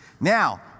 Now